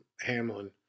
Hamlin